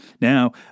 Now